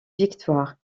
victoires